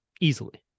easily